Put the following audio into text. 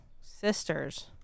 sisters